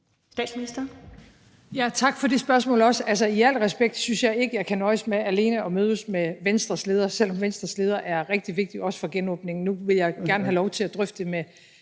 Tak for det spørgsmål også. I al respekt synes jeg ikke, at jeg kan nøjes med alene at mødes med Venstres leder, selv om Venstres leder er rigtig vigtig, også for genåbningen. Nu vil jeg gerne have lov til at drøfte det